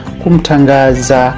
kumtangaza